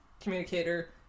communicator